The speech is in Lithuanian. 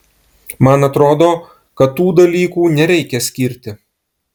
man atrodo kad tų dalykų nereikia skirti